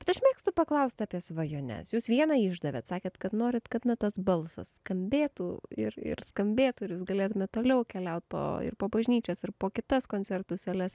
bet aš mėgstu paklausti apie svajones jūs vieną išdavėt sakėt kad norit kad na tas balsas skambėtų ir ir skambėtų ir jūs galėtumėt toliau keliaut po ir po bažnyčias ir po kitas koncertų sales